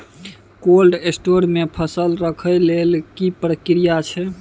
Cold store मे फसल रखय लेल की प्रक्रिया अछि?